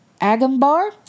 Agambar